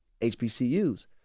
HBCUs